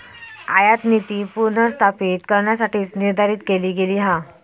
आयातनीती पुनर्स्थापित करण्यासाठीच निर्धारित केली गेली हा